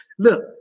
Look